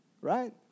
right